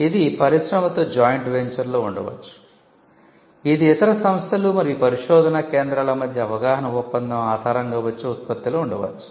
ఇది పరిశ్రమతో జాయింట్ వెంచర్లో ఉండవచ్చు ఇది ఇతర సంస్థలు మరియు పరిశోధనా కేంద్రాల మధ్య అవగాహన ఒప్పందం ఆధారంగా వచ్చే ఉత్పత్తిలో ఉండవచ్చు